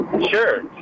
Sure